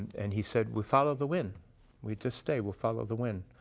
and he said, we'll follow the wind we'll just stay, we'll follow the wind.